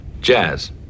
Jazz